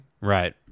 right